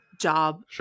job